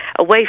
away